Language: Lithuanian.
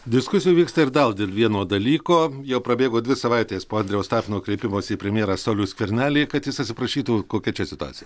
diskusija vyksta ir dal dėl vieno dalyko jau prabėgo dvi savaitės po andriaus tapino kreipimosi į premjerą saulių skvernelį kad jis atsiprašytų kokia čia situacija